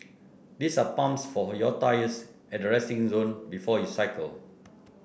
there are pumps for your tyres at the resting zone before you cycle